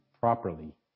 properly